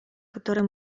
которые